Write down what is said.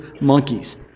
monkeys